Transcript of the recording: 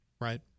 Right